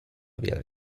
wiele